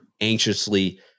anxiously